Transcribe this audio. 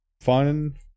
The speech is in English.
Fun